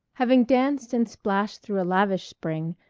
having danced and splashed through a lavish spring,